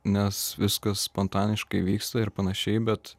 nes viskas spontaniškai vyksta ir panašiai bet